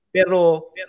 Pero